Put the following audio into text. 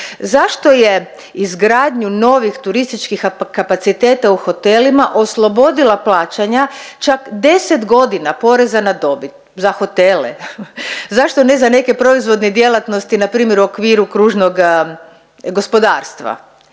Zašto je izgradnju novih turističkih kapaciteta u hotelima oslobodila plaćanja čak 10.g. poreza na dobit za hotele, zašto ne za neke proizvodne djelatnosti npr. u okviru kružnoga gospodarstva?